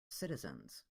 citizens